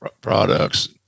products